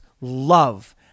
love